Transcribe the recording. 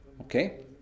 Okay